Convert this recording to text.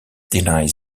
denies